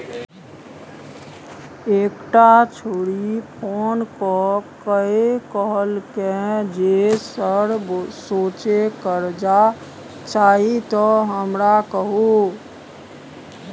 एकटा छौड़ी फोन क कए कहलकै जे सर सोझे करजा चाही त हमरा कहु